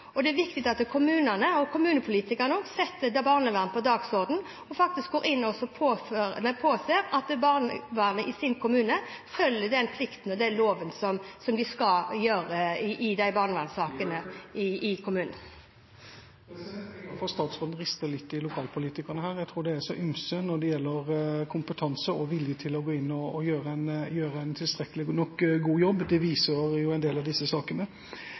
plikten ifølge loven som de skal gjøre i barnevernssakene i kommunen. Jeg er glad for at statsråden rister litt i lokalpolitikerne her, for jeg tror det er så ymse når det gjelder kompetanse og vilje til å gå inn og gjøre en tilstrekkelig god jobb. Det viser jo en del av disse sakene.